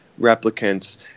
replicants